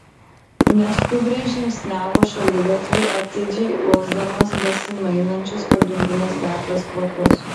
neskubriai žingsniavo šaligatviu atidžiai uosdamas besimainančius pagrindinės gatvės kvapus